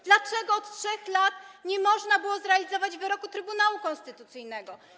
Dlaczego od 3 lat nie można było zrealizować wyroku Trybunału Konstytucyjnego?